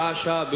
שעה-שעה,